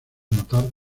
notar